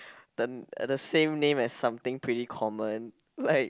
uh the same name as something pretty common like